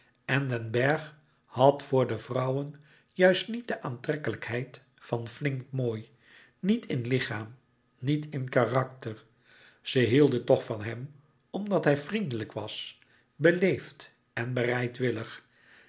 en den bergh had voor de vrouwen juist niet de aantrekkelijkheid van flink mooi niet in lichaam niet in karakter ze hielden toch van hem omdat hij vriendelijk was beleefd en bereidwillig